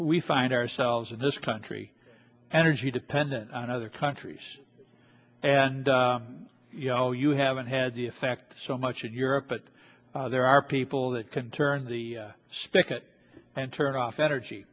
we find ourselves in this country energy dependent on other countries and you know you haven't had the effect so much in europe but there are people that can turn the spigot and turn off energy